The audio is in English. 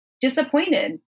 disappointed